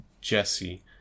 jesse